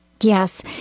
Yes